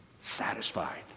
satisfied